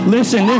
Listen